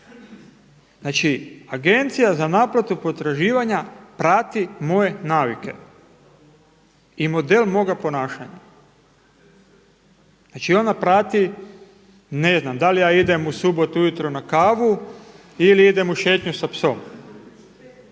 Znači, agencija za naplatu potraživanja prati moje navike i model moga ponašanja. Znači, ona prati ne znam, da li ja idem u subotu ujutro na kavu ili idem u šetnju sa psom.